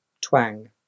twang